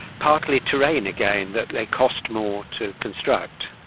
partly terrain again, that they cost more to construct,